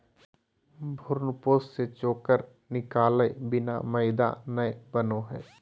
भ्रूणपोष से चोकर निकालय बिना मैदा नय बनो हइ